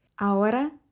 Ahora